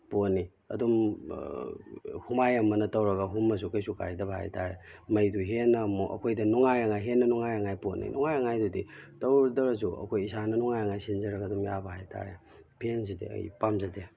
ꯄꯣꯠꯅꯤ ꯑꯗꯨꯝ ꯍꯨꯃꯥꯏ ꯑꯃꯅ ꯇꯧꯔꯒ ꯍꯨꯝꯃꯁꯨ ꯀꯩꯁꯨ ꯀꯥꯏꯗꯕ ꯍꯥꯏꯇꯥꯔꯦ ꯃꯩꯗꯨ ꯍꯦꯟꯅ ꯑꯃꯨꯛ ꯑꯩꯈꯣꯏꯗ ꯅꯨꯡꯉꯥꯏꯔꯒ ꯍꯦꯟꯅ ꯅꯨꯡꯉꯥꯏꯅꯉꯥꯏ ꯄꯣꯠꯅꯦ ꯅꯨꯡꯉꯥꯏꯔꯤꯉꯥꯏꯗꯗꯤ ꯇꯧꯔꯨꯗ꯭ꯔꯁꯨ ꯑꯩꯈꯣꯏ ꯏꯁꯥꯅ ꯅꯨꯡꯉꯥꯏꯅꯉꯥꯏꯅꯉꯥꯏ ꯁꯤꯟꯖꯔꯒ ꯑꯗꯨꯝ ꯌꯥꯕ ꯍꯥꯏꯇꯥꯔꯦ ꯐꯦꯟꯁꯤꯗꯤ ꯑꯩ ꯄꯥꯝꯖꯗꯦ